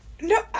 No